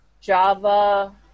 Java